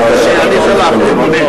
בבקשה.